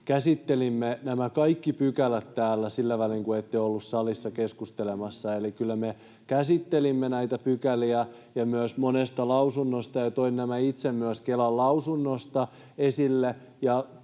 käsittelimme nämä kaikki pykälät täällä sillä välin, kun ette ollut salissa keskustelemassa. Eli kyllä me käsittelimme näitä pykäliä, myös monesta lausunnosta, ja toin nämä itse myös Kelan lausunnosta esille